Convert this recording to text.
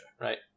right